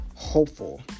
Hopeful